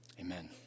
Amen